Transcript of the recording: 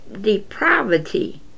depravity